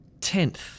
Tenth